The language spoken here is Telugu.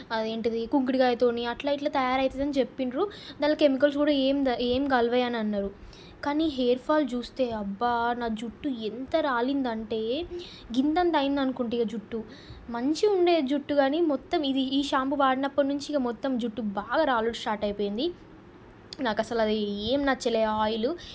అదేంటిది కుంకుడుకాయతోని అట్లా ఇట్లా తయారు అవుతుంది అని చెప్పిండ్రు దాంట్లో కెమికల్స్ కూడా ఏం ఏం కలవవు అని అన్నారు కానీ హెయిర్ ఫాల్ చూస్తే అబ్బా నా జుట్టు ఎంత రాలిందంటే గింతింత అయిందనుకుంటా ఇక జుట్టు మంచిగుండే జుట్టు గానీ మొత్తం ఇది ఈ షాంపూ వాడినప్పుడు నుంచి ఇక మొత్తం జుట్టు బాగా రాలుడు స్టార్ట్ అయిపోయింది నాకు అసలు అది ఏం నచ్చలే ఆ ఆయిల్